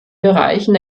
bereichen